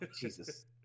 jesus